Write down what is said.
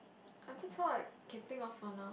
I still thought like camping or wanna